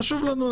חשוב לנו.